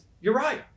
Uriah